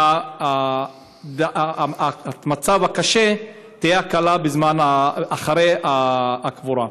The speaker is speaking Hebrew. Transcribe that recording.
וחלק מהמצב הקשה, תהיה בו הקלה אחרי הקבורה.